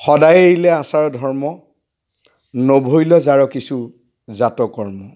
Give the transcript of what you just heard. সদায় এৰিলে আচাৰ ধৰ্ম নভৈল যাৰ কিছু জাতকৰ্ম